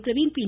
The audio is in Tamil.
பிரவீன் பி